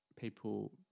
People